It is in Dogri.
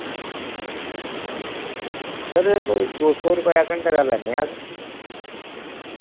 सर कोई दो सौ रपेया घैंटे दा लैने अस